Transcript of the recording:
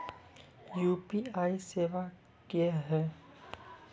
UPI सेवा क्या हैं?